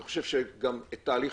אני חושב גם שאת תהליך